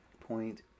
point